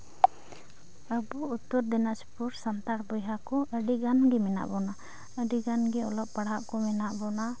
ᱟᱵᱚ ᱩᱛᱛᱚᱨ ᱫᱤᱱᱟᱡᱽᱯᱩᱨ ᱥᱟᱱᱛᱟᱲ ᱵᱚᱭᱦᱟ ᱠᱚ ᱟᱹᱰᱤ ᱜᱟᱱ ᱜᱮ ᱢᱮᱱᱟᱜ ᱵᱚᱱᱟ ᱟᱹᱰᱤ ᱜᱟᱱ ᱜᱮ ᱚᱞᱚᱜ ᱯᱟᱲᱦᱟᱜ ᱠᱚ ᱢᱮᱱᱟᱜ ᱵᱚᱱᱟ